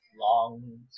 long